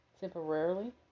temporarily